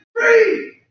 Free